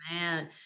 Man